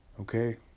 okay